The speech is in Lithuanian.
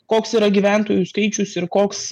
koks yra gyventojų skaičius ir koks